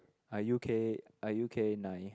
I U_K I U_K nine